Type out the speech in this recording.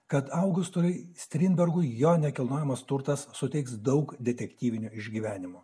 kad augustui strindbergui jo nekilnojamas turtas suteiks daug detektyvinių išgyvenimų